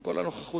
שכל הנוכחות